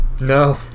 No